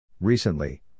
Recently